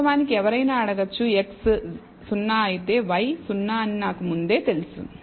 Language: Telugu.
వాస్తవానికి ఎవరైనా అడగొచ్చు x 0 అయితే y 0 అని నాకు ముందే తెలుసు